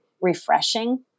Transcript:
refreshing